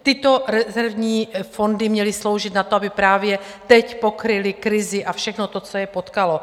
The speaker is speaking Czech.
Tyto rezervní fondy měly sloužit na to, aby právě teď pokryly krizi a všechno to, co je potkalo.